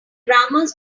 grammars